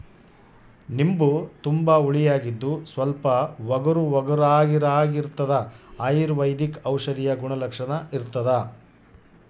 ನಿಂಬು ತುಂಬಾ ಹುಳಿಯಾಗಿದ್ದು ಸ್ವಲ್ಪ ಒಗರುಒಗರಾಗಿರಾಗಿರ್ತದ ಅಯುರ್ವೈದಿಕ ಔಷಧೀಯ ಗುಣಲಕ್ಷಣ ಇರ್ತಾದ